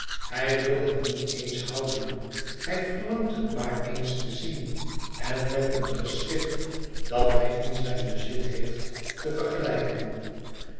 hij wil het niet eens houden hij verlangt het maar eens te zien en met een geschrift dat hij in zijn bezit heeft te vergelijken